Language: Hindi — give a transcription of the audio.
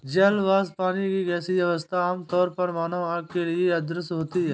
जल वाष्प, पानी की गैसीय अवस्था, आमतौर पर मानव आँख के लिए अदृश्य होती है